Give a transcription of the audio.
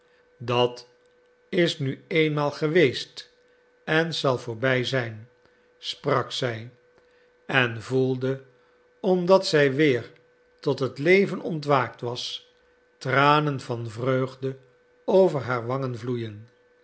dat is nu eenmaal geweest en zal voorbij zijn sprak zij en voelde omdat zij weer tot het leven ontwaakt was tranen van vreugde over haar wangen vloeien